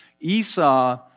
Esau